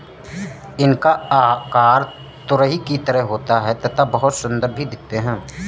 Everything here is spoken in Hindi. इनका आकार तुरही की तरह होता है तथा बहुत सुंदर भी दिखते है